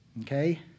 okay